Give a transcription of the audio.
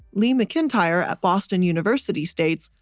lee mcintyre at boston university states,